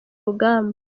rugamba